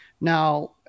Now